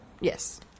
yes